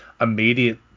immediate